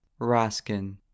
Raskin